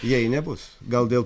jei nebus gal dėl